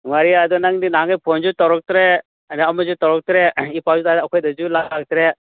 ꯅꯨꯡꯉꯥꯏꯔꯤꯌꯦ ꯑꯗꯣ ꯅꯪꯗꯤ ꯅꯍꯥꯟꯒꯩ ꯐꯣꯟꯁꯨ ꯇꯧꯔꯛꯇ꯭ꯔꯦ ꯑꯗꯩ ꯑꯃꯁꯨ ꯇꯧꯔꯛꯇ꯭ꯔꯦ ꯏ ꯄꯥꯎꯁꯨ ꯇꯥꯗꯦ ꯑꯩꯈꯣꯏꯗꯁꯨ ꯂꯥꯛꯇ꯭ꯔꯦ